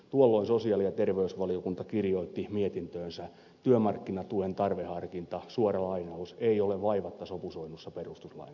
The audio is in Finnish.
tuolloin sosiaali ja terveysvaliokunta kirjoitti mietintöönsä ettei työmarkkinatuen tarveharkinta ole vaivatta sopusoinnussa perustuslain kanssa